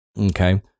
Okay